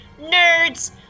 nerds